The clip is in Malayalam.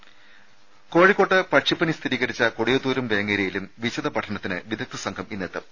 രദ്ദേഷ്ടങ കോഴിക്കോട്ട് പക്ഷിപ്പനി സ്ഥിരീകരിച്ച കൊടിയത്തൂരും വേങ്ങേരിയിലും വിശദ പഠനത്തിന് വിദഗ്ദ്ധ സംഘം ഇന്നെത്തും